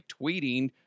tweeting